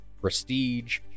prestige